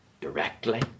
directly